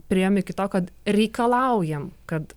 priėjom iki to kad reikalaujam kad